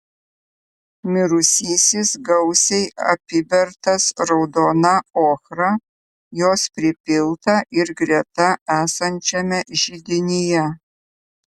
mirusysis gausiai apibertas raudona ochra jos pripilta ir greta esančiame židinyje